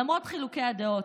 למרות חילוקי הדעות,